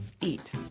eat